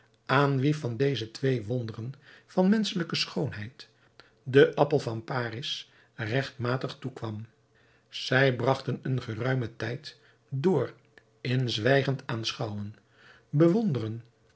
aan wie van deze twee wonderen van menschelijke schoonheid den appel van paris regtmatig toekwam zij bragten een geruimen tijd door in zwijgend aanschouwen bewonderen